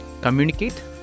communicate